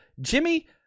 Jimmy